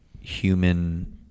human